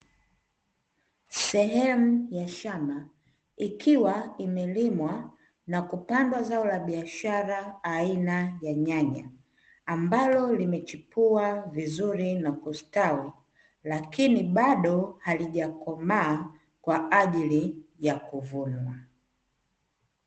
Sehemu ya shamba ikiwa imelimwa na kupandwa zao la biashara aina ya nyanya ambalo limechipua vizuri na kustawi lakini bado halijakomaa kwa ajili ya kuvunwa